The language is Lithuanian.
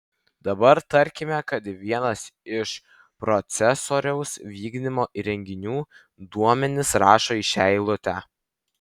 dabar tarkime kad vienas iš procesoriaus vykdymo įrenginių duomenis rašo į šią eilutę